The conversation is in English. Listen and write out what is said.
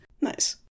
nice